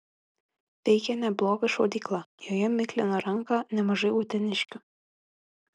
veikė nebloga šaudykla joje miklino ranką nemažai uteniškių